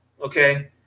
okay